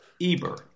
Eber